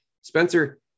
Spencer